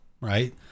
right